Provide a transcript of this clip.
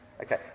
Okay